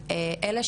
שמענו פה דוגמאות,